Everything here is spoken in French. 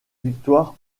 victoires